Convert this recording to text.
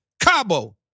Cabo